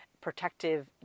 protective